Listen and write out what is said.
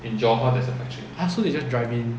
!huh! so they just drive in